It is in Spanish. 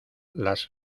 las